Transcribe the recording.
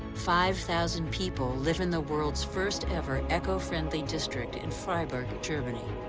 five thousand people live in the world's first ever eco-friendly district in freiburg, germany.